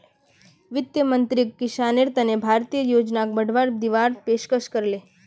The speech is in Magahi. वित्त मंत्रीक किसानेर तने भारतीय योजनाक बढ़ावा दीवार पेशकस करले